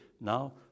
now